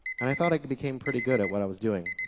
and i thought i became pretty good at what i was doing.